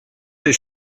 des